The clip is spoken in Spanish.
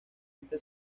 este